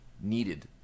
needed